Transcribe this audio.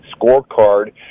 scorecard